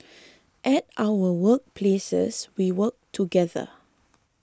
at our work places we work together